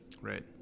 Right